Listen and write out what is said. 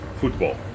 football